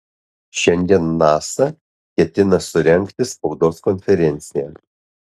šiandien nasa ketina surengti spaudos konferenciją